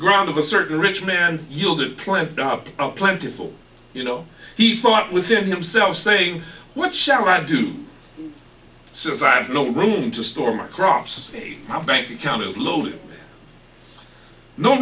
ground of a certain rich man you'll get plenty of plentiful you know he thought within himself saying what shall i do since i have no room to store my crops my bank account is loaded no